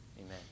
Amen